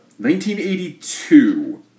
1982